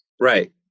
Right